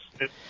yes